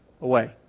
away